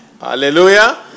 Hallelujah